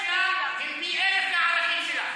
בין עזה לחיפה,